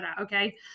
okay